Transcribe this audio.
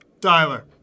Tyler